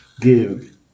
give